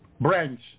branch